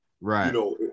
Right